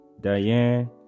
Diane